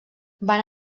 van